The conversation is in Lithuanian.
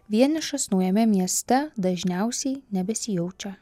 vienišas naujame mieste dažniausiai nebesijaučia